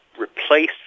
Replace